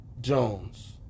Jones